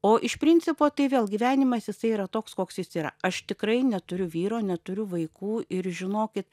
o iš principo tai vėl gyvenimas jisai yra toks koks jis yra aš tikrai neturiu vyro neturiu vaikų ir žinokit